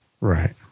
right